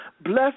bless